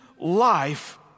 life